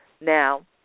now